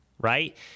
right